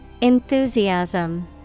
Enthusiasm